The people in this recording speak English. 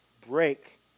break